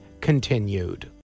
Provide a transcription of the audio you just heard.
continued